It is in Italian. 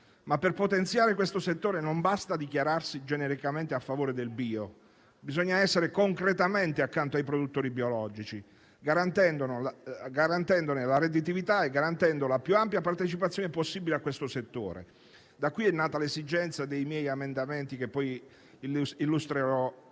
per potenziare questo settore non basta dichiararsi genericamente a favore del bio, ma bisogna essere concretamente accanto ai produttori biologici, garantendone la redditività e assicurando la più ampia partecipazione possibile a questo settore. Da qui è nata l'esigenza dei miei emendamenti, che poi illustrerò